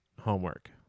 homework